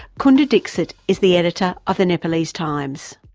kunda dixit is the editor of the nepali times.